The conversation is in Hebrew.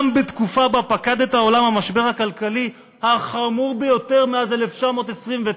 גם בתקופה שבה פקד את העולם המשבר הכלכלי החמור ביותר מאז 1929,